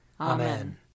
Amen